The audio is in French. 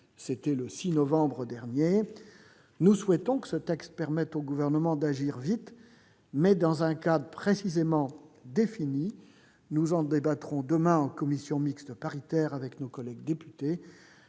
le 6 novembre dernier. Nous souhaitons que ce texte permette au Gouvernement d'agir vite, mais dans un cadre précisément défini. Nous en débattrons demain en commission mixte paritaire avec nos collègues députés